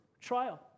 trial